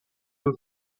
een